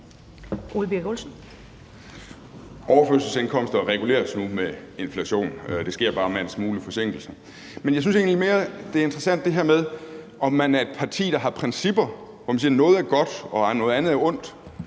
Overførselsindkomster reguleres nu med inflationen. Det sker bare med en smule forsinkelse. Men jeg synes egentlig, at det mere interessante er det med, om man er et parti, der har principper, hvor man siger, at noget er godt og noget andet er ondt,